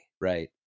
right